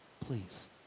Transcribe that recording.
please